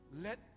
Let